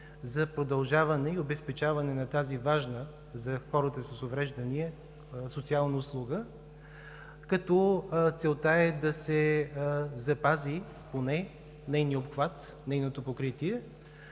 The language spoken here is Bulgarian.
за продължаване и обезпечаване на тази важна за хората с увреждания социална услуга, като целта е да се запази поне нейния обхват, нейното покритие,